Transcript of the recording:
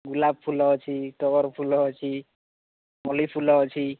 ଗୋଲାପଫୁଲ ଅଛି ଟଗରଫୁଲ ଅଛି ମଲ୍ଲିଫୁଲ ଅଛି